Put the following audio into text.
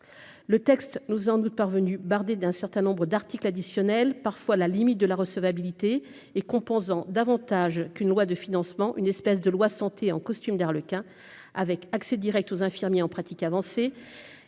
le texte nous en doute parvenue bardé d'un certain nombre d'articles additionnels parfois à la limite de la recevabilité et composant davantage qu'une loi de financement, une espèce de loi santé en costume d'Arlequin, avec accès Direct aux infirmiers en pratique avancée,